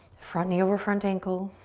front knee over front ankle.